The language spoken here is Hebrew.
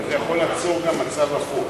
אבל זה יכול ליצור גם מצב הפוך.